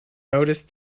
noticed